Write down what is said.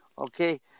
okay